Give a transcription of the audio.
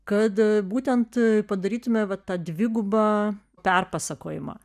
kad būtent padarytume va tą dvigubą perpasakojimą